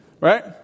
right